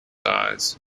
eyes